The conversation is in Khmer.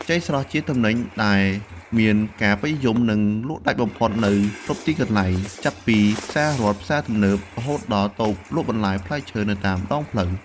ចេកស្រស់ ជាទំនិញដែលមានការពេញនិយម និងលក់ដាច់បំផុតនៅគ្រប់ទីកន្លែង ចាប់ពីផ្សាររដ្ឋ ផ្សារទំនើប រហូតដល់តូបលក់ផ្លែឈើនៅតាមដងផ្លូវ។